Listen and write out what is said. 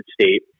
state